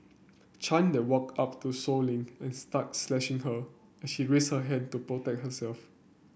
Chan then walked up to Sow Lin and started slashing her as she raised her hand to protect herself